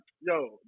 yo